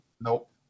Nope